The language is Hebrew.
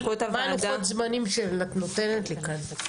מה הלוחות זמנים שאת נותנת לי כאן?